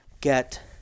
get